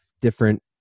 different